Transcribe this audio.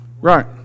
Right